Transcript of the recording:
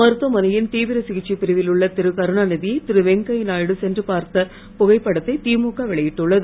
மருத்துவமனையின் தீவிர சிகிச்சைப் பிரிவில் உள்ள திருகருணாநிதியை திருவெங்கய்ய நாயுடு சென்று பார்த்த புகைப்படத்தை திமுக வெளியிட்டுள்ளது